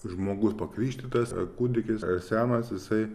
žmogus pakrikštytas kūdikis senas jisai